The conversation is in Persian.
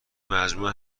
مجموعه